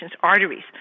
arteries